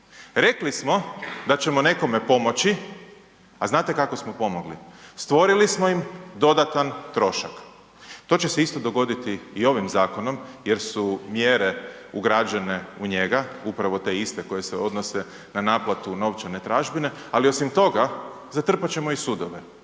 Rekli smo da ćemo nekome pomoći, a znate kako smo pomogli? Stvorili smo im dodatan trošak. To će se isto dogoditi i ovim zakonom jer su mjere ugrađene u njega, upravo te iste koje se odnose na naplatu novčane tražbine, ali osim toga zatrpat ćemo i sudove